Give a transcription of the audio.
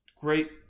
great